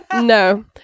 no